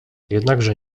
jednakże